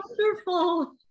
Wonderful